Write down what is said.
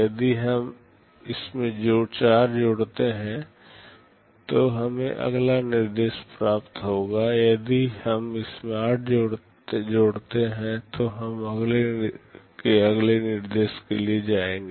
यदि हम इसमें 4 जोड़ते हैं तो हमें अगला निर्देश प्राप्त होगा यदि हम इसमें 8 जोड़ते हैं तो हम अगले के अगले निर्देश लिए होंगे